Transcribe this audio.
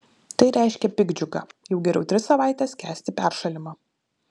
tai reiškia piktdžiugą jau geriau tris savaites kęsti peršalimą